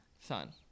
Son